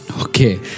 Okay